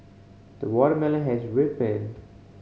the watermelon has ripened